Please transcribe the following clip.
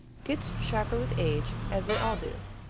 gets sharper with age, as they all do.